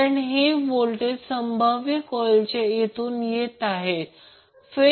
कारण हे व्होल्टेज संभाव्य कॉर्ईलच्या येथून येत आहेत